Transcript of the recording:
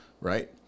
right